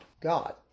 God